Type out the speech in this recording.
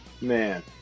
Man